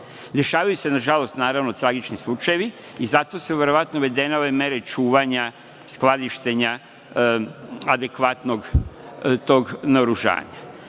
Dešavaju se, nažalost, tragični slučajevi i zato su verovatno uvedene ove mere čuvanja, skladištenja adekvatnog tog naoružanja.